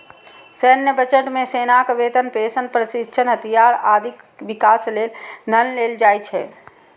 सैन्य बजट मे सेनाक वेतन, पेंशन, प्रशिक्षण, हथियार, आदिक विकास लेल धन देल जाइ छै